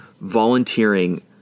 volunteering